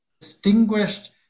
distinguished